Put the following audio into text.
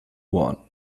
one